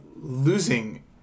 losing